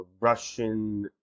Russian